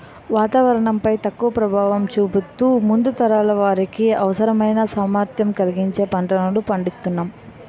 వాతావరణం పై తక్కువ ప్రభావం చూపుతూ ముందు తరాల వారికి అవసరమైన సామర్థ్యం కలిగించే పంటలను పండిస్తునాం